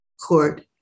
court